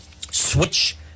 switch